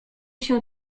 się